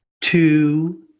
two